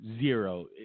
zero